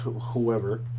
whoever